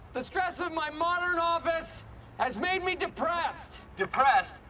the stress of my modern office has made me depressed. depressed?